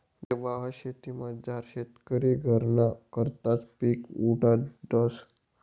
निर्वाह शेतीमझार शेतकरी घरना करताच पिक उगाडस